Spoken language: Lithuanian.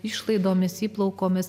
išlaidomis įplaukomis